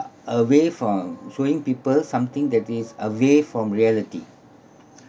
away from showing people something that is away from reality